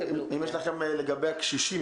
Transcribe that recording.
לגבי הקשישים,